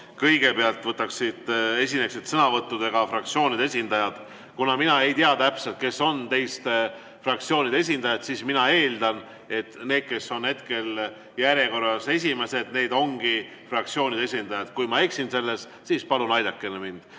kõigepealt esineksid sõnavõttudega fraktsioonide esindajad. Kuna mina täpselt ei tea, kes on teist fraktsioonide esindajad, siis ma eeldan, et need, kes on hetkel järjekorras esimesed, ongi fraktsioonide esindajad. Kui ma eksin, siis palun aidake mind.